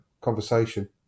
conversation